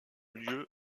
lieu